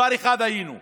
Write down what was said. היינו מס'